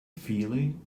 feeling